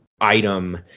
item